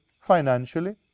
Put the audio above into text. financially